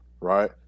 right